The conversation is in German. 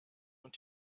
und